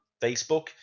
facebook